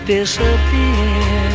Disappear